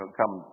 come